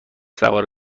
سوار